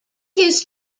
his